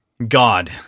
God